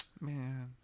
Man